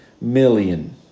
million